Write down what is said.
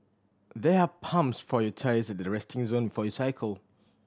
there are pumps for your tyres at the resting zone for you cycle